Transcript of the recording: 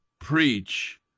preach